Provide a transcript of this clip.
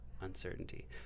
uncertainty